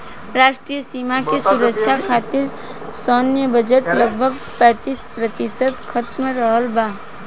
राष्ट्रीय सीमा के सुरक्षा खतिर सैन्य बजट लगभग पैंतीस प्रतिशत तक रखल बा